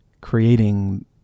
creating